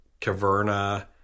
Caverna